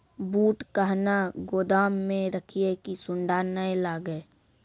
बूट कहना गोदाम मे रखिए की सुंडा नए लागे?